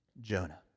Jonah